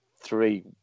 three